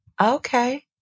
Okay